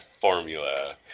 formula